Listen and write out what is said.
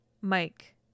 Mike